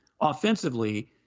offensively